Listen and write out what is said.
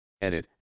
Edit